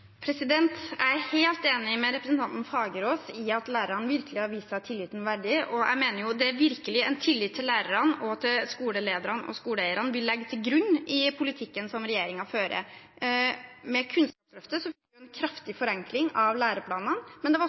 Jeg er helt enig med representanten Fagerås i at lærerne virkelig har vist seg tilliten verdig, og jeg mener virkelig det er tillit til lærerne, skolelederne og skoleeierne vi legger til grunn i politikken som regjeringen fører. Med Kunnskapsløftet fikk vi en kraftig forenkling av læreplanene, men det var